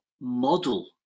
model